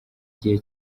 gihe